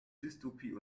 dystopie